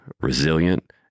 resilient